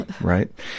right